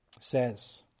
says